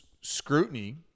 scrutiny